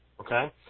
okay